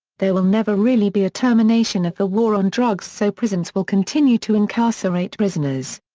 there will never really be a termination of the war on drugs so prisons will continue to incarcerate prisoners.